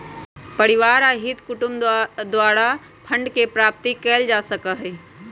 परिवार आ हित कुटूम द्वारा सेहो फंडके प्राप्ति कएल जा सकइ छइ